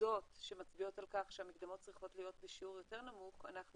עובדות שמצביעות על כך שהמקדמות צריכות להיות בשיעור יותר נמוך אנחנו